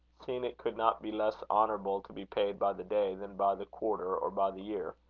seeing it could not be less honourable to be paid by the day than by the quarter or by the year.